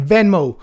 Venmo